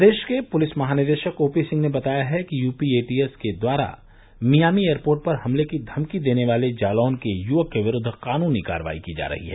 प्रदेश के पुलिस महानिदेशक ओपी सिंह ने बताया कि यूपी एटीएस के द्वारा मियामी एयरपोर्ट पर हमले की धमकी देने वाले जालौन के युवक के विरूद्व कानूनी कार्रवाई की जा रही है